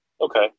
Okay